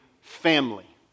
family